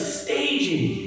staging